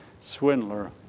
swindler